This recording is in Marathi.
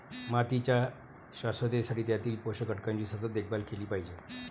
मातीच्या शाश्वततेसाठी त्यातील पोषक घटकांची सतत देखभाल केली पाहिजे